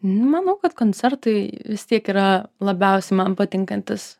manau kad koncertai vis tiek yra labiausiai man patinkantis